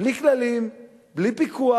בלי כללים ובלי פיקוח.